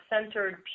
centered